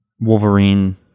Wolverine